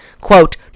Quote